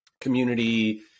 community